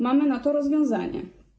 Mamy na to rozwiązanie.